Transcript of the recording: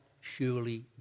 surely